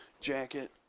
jacket